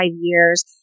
years